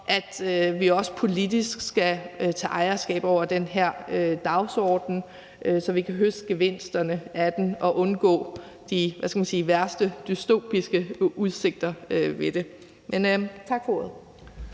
at vi også politisk skal tage ejerskab over den her dagsorden, så vi kan høste gevinsterne af den og undgå de værste dystopiske udsigter ved det. Tak for ordet.